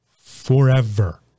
forever